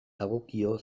dagokio